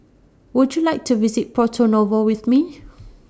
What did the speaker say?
Would YOU like to visit Porto Novo with Me